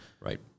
Right